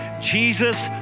Jesus